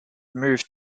moved